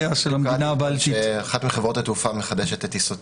ככל שזה יישאר - יש חוסר התאמה בסעיפים.